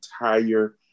entire